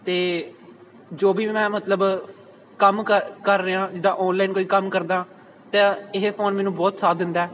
ਅਤੇ ਜੋ ਵੀ ਮੈਂ ਮਤਲਬ ਕੰਮ ਕਰ ਕਰ ਰਿਹਾ ਜਿੱਦਾਂ ਔਨਲਾਈਨ ਕੋਈ ਕੰਮ ਕਰਦਾ ਤਾਂ ਇਹ ਫੋਨ ਮੈਨੂੰ ਬਹੁਤ ਸਾਥ ਦਿੰਦਾ